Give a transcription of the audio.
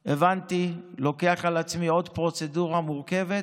הבנתי, לוקח על עצמי עוד פרוצדורה מורכבת,